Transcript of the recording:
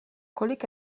kolik